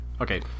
Okay